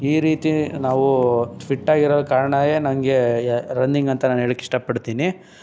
ಈ ರೀತಿ ನಾವು ಫಿಟ್ಟಾಗಿರಲು ಕಾರ್ಣವೇ ನನಗೆ ರನ್ನಿಂಗಂತ ನಾನು ಹೇಳಕ್ ಇಷ್ಟಪಡ್ತೀನಿ